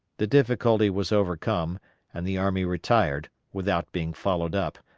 the difficulty was overcome and the army retired, without being followed up,